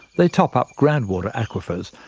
they top up groundwater aquifers,